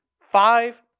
five